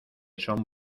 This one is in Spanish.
son